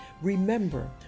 Remember